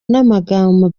namagambo